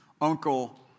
uncle